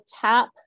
tap